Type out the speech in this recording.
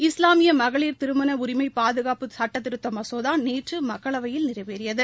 இஸ்லாமிய மகளிர் திருமண உரிமை பாதுகாப்பு சட்டத்திருத்த மசோதா நேற்று மக்களவையில் நிறைவேறியது